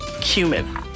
Cumin